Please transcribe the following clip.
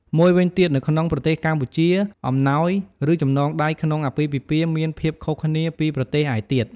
មួយវិញទៀត នៅក្នុងប្រទេសកម្ពុជា អំណោយ ឬ ចំណងដៃក្នុងអាពាហ៍ពិពាហ៍មានភាពខុសគ្នាពីប្រទេសឯទៀត។